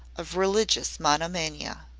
of religious monomania.